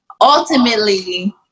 ultimately